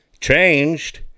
Changed